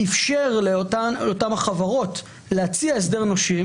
איפשר לאותן החברות להציע הסדר נושים